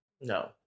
No